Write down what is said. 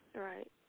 Right